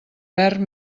verd